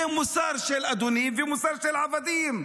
זה מוסר של אדונים ומוסר של עבדים.